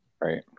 Right